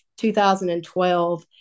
2012